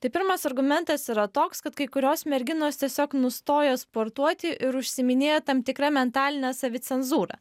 tai pirmas argumentas yra toks kad kai kurios merginos tiesiog nustoja sportuoti ir užsiiminėja tam tikra mentaline savicenzūra